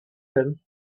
them